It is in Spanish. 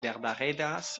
verdaderas